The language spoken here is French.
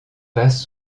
passe